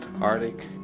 Arctic